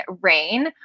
Rain